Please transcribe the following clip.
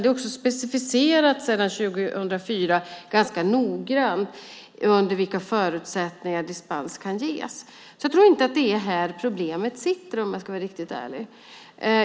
Det är också ganska noggrant specificerat sedan 2004 under vilka förutsättningar dispens kan ges. Jag tror inte att det är här problemet sitter, om jag ska vara riktigt ärlig.